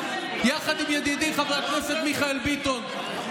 יחד עם ידידי חבר הכנסת מיכאל ביטון,